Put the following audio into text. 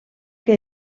que